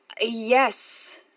Yes